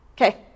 Okay